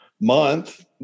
month